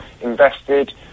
invested